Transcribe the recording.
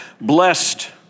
Blessed